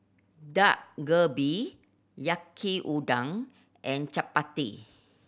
Dak Galbi Yaki Udon and Chapati